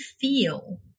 feel